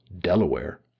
Delaware